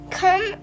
come